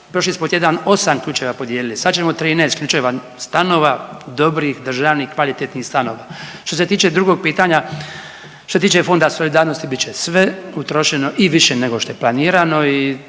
Prošli smo tjedan 8 ključeva podijelili, sad ćemo 13 ključeva stanova, dobrih državnih kvalitetnih stanova. Što se tiče drugog pitanja, što se tiče Fonda solidarnosti, bit će sve utrošeno i više nego što je planirano